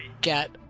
get